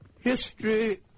History